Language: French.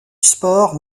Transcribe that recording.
sport